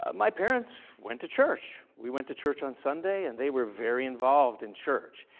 ah my parents went to church. we went to church on sunday and they were very involved in church,